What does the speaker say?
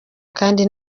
kandi